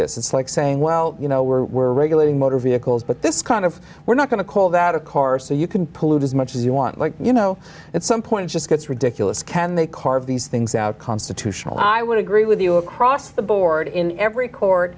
this it's like saying well you know we're regulating motor vehicles but this kind of we're not going to call that a car so you can pollute as much as you want like you know at some point it just gets ridiculous can they carve these things out constitutional i would agree with you across the board in every court